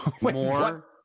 more